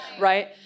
Right